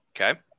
Okay